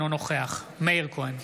אינו נוכח מאיר כהן,